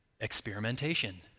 experimentation